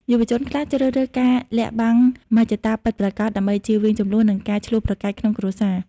យុវជនខ្លះជ្រើសរើសការលាក់បាំងមហិច្ឆតាពិតប្រាកដ ដើម្បីជៀសវាងជម្លោះ និងការឈ្លោះប្រកែកក្នុងគ្រួសារ។